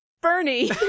Bernie